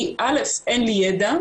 כי אלף אין לי ידע,